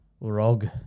ROG